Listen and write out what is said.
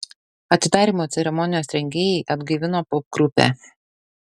atidarymo ceremonijos rengėjai atgaivino popgrupę